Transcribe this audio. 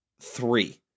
three